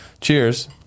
cheers